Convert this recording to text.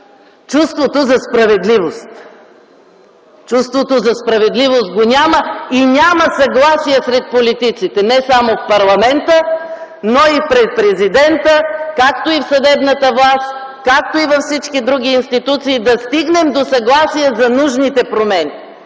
Чувството за справедливост го няма и няма съгласие сред политиците – не само в парламента, но и пред президента, както и в съдебната власт, както и във всички други институции, за да стигнем до съгласие за нужните промени.